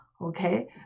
Okay